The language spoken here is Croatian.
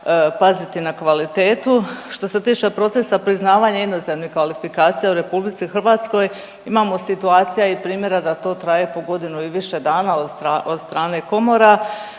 paziti na kvalitetu. Što se tiče procesa priznavanja inozemnih kvalifikacija u Republici Hrvatskoj imamo situacija i primjera da to traje po godinu i više dana od strane komora.